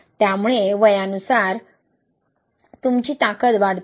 त्यामुळे वयानुसार तुमची ताकद वाढते